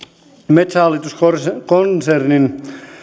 metsähallitus konsernin